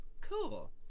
cool